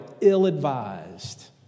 ill-advised